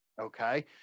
okay